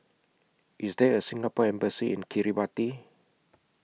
IS There A Singapore Embassy in Kiribati